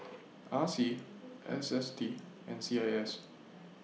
R C S S T and C A S